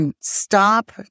stop